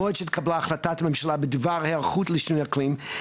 המועד שהתקבלה החלטת ממשלה בדבר היערכות לשינוי אקלים,